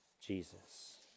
Jesus